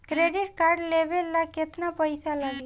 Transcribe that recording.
Credit card लेवे ला केतना पइसा लागी?